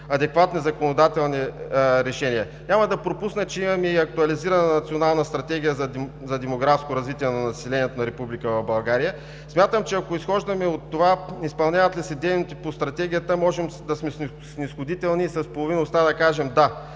адекватни законодателни решения. Няма да пропусна, че имаме Актуализирана национална стратегия за демографско развитие на населението в Република България. Смятам, че ако изхождаме от това изпълняват ли се дейности по стратегията, можем да сме снизходителни и с половин уста да кажем: